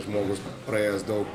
žmogus praėjęs daug